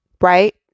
right